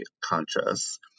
conscious